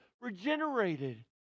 regenerated